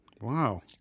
Wow